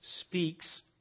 speaks